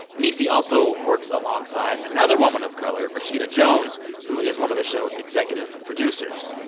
niecy also works alongside another woman of color rashida jones who is one of the show's executive producers.